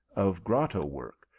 of grotto work,